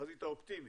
בתחזית האופטימית,